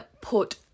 put